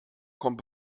kommt